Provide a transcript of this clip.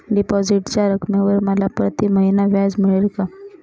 डिपॉझिटच्या रकमेवर मला प्रतिमहिना व्याज मिळेल का?